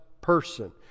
person